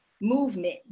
movement